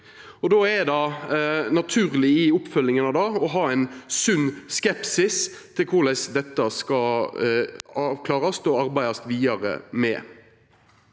Då er det naturleg i oppfølginga av det å ha ein sunn skepsis til korleis dette skal avklarast og arbeidast vidare med.